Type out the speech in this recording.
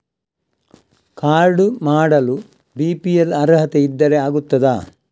Card ಮಾಡಲು BPL ಅರ್ಹತೆ ಇದ್ದರೆ ಆಗುತ್ತದ?